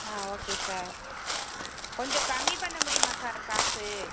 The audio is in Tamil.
ஆ ஓகே சார் கொஞ்சம் கம்மி பண்ண முடியுமா சார் காசு